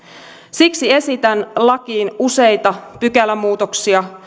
siksi esitän lakiin useita pykälämuutoksia